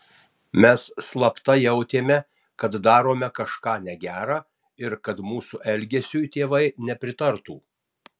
mes slapta jautėme kad darome kažką negera ir kad mūsų elgesiui tėvai nepritartų